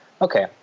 Okay